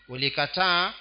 Ulikata